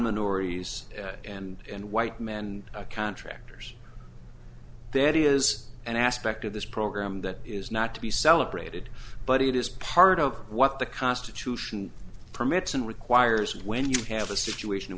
minorities and white men and contractors that is an aspect of this program that is not to be celebrated but it is part of what the constitution permits and requires when you have a situation in